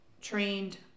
trained